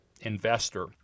investor